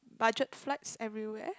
budget flights everywhere